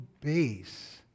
base